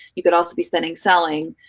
you could also be spending selling.